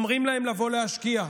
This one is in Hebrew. אומרים להם לבוא להשקיע,